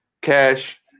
cash